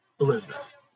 Elizabeth